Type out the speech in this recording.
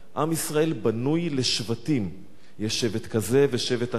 עם ישראל בנוי לשבטים, יש שבט כזה ושבט אחר.